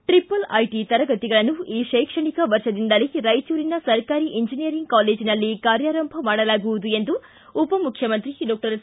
triple IT ತರಗತಿಗಳನ್ನು ಈ ಶೈಕ್ಷಣಿಕ ವರ್ಷದಿಂದಲೇ ರಾಯಚೂರಿನ ಸರ್ಕಾರಿ ಎಂಜಿನಿಯರಿಂಗ್ ಕಾಲೇಜಿನಲ್ಲಿ ಕಾರ್ಯಾರಂಭ ಮಾಡಲಾಗುವುದು ಎಂದು ಉಪಮುಖ್ಯಮಂತ್ರಿ ಡಾಕ್ಟರ್ ಸಿ